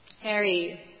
Harry